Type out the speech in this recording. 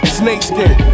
snakeskin